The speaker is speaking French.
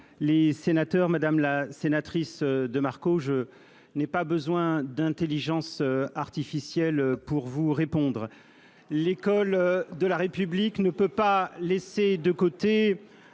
jeunesse. Madame la sénatrice de Marco, je n'ai pas besoin de l'intelligence artificielle pour vous répondre. L'école de la République ne peut laisser de côté